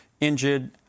Injured